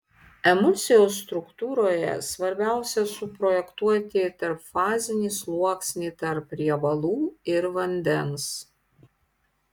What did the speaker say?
emulsijos struktūroje svarbiausia suprojektuoti tarpfazinį sluoksnį tarp riebalų ir vandens